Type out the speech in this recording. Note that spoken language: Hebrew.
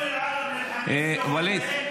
ווליד,